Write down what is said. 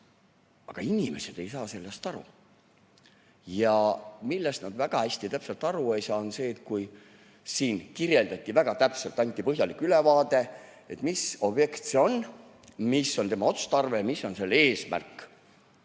aga inimesed ei saa sellest aru. Ja millest nad väga hästi täpselt aru ei saa, on see. Siin kirjeldati väga täpselt, anti põhjalik ülevaade, mis objekt see on, mis on tema otstarve, mis on selle eesmärk.